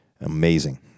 Amazing